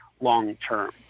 long-term